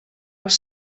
els